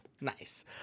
Nice